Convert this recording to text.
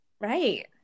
right